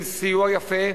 עם סיוע יפה.